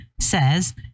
says